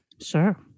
Sure